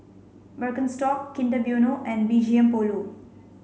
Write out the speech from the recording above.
Birkenstock Kinder Bueno and B G M Polo